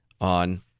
on